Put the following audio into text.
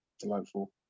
delightful